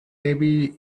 maybe